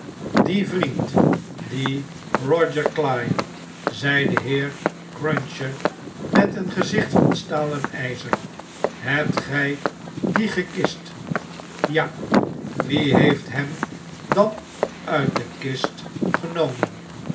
dien vriend dien roger cly zei de heer cruncher met een gezicht van staal en per fl b ebt gij dien gekist ja wie heeft hem dan uit de kist genomen